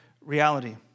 reality